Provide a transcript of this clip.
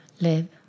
live